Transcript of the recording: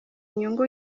inyungu